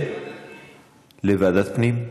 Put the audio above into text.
לוועדת הפנים.